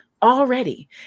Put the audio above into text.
already